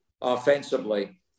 offensively